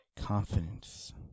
confidence